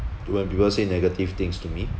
when people say negative things to me